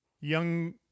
Young